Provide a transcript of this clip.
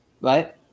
right